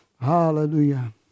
Hallelujah